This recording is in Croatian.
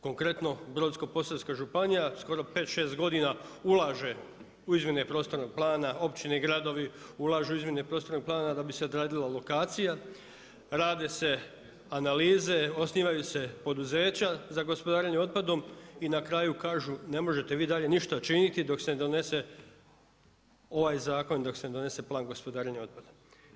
Konkretno Brodsko-posavska županija skoro pet, šest godina ulaže u izmjene prostornog plana, općine i gradovi ulažu u izmjene prostornog plana da bi se odradila lokacija rade se analize, osnivaju se poduzeća za gospodarenje otpadom i na kraju kažu ne možete vi dalje ništa činiti dok se ne donese ovaj zakon, dok se ne donese Plan gospodarenja otpadom.